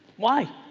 why?